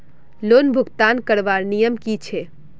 Loan भुगतान करवार नियम की छे?